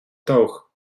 toog